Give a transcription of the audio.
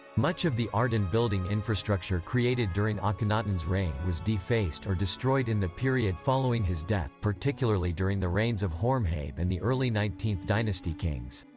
much of the art and building infrastructure created during akhenaten's reign was defaced or destroyed in the period following his death, particularly during the reigns of horemheb and the early nineteenth dynasty kings.